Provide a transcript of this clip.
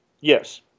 Yes